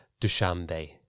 Dushanbe